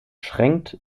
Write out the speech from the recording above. schränkt